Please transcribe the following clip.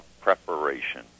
preparation